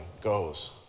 goes